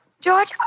George